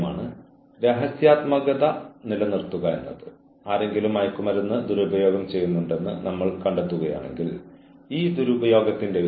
കൂടാതെ അവരിൽ നിന്ന് പ്രതീക്ഷിക്കുന്നത് അവർ ചെയ്തില്ലെങ്കിൽ എന്ത് സംഭവിക്കും